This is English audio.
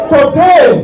Today